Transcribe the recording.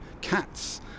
cats